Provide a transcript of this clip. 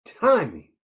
timing